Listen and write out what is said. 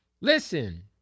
Listen